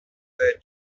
their